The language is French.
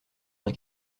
d’un